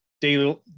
daily